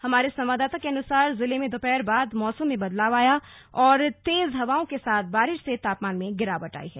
हमारे संवाददाता के अनुसार ज़िले में दोपहर बाद मौसम में बदलाव आया और तेज हवाओं के साथ बारिश से तापमान में गिरावट आई है